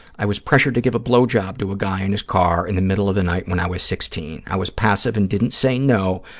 i was pressured to give a blowjob to a guy in his car in the middle of the night when i was sixteen. i was passive and didn't say no,